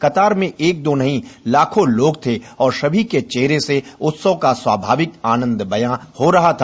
कतार में एक दो नहीं लाखों लोग थे और सभी के चेहरे से उत्सव का स्वाभाविक आनंद बयां हो रहा था